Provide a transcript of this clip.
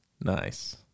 Nice